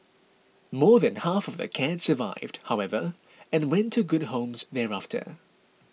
more than half of the cats survived however and went to good homes thereafter